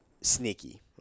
sneaky